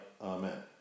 Amen